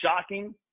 shocking